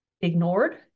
ignored